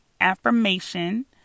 affirmation